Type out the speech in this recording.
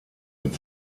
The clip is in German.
mit